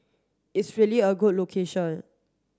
it's really a good location